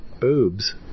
boobs